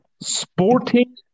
Sporting